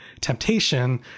temptation